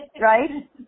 right